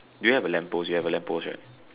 do you have a lamp post you have a lamp post right